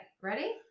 ready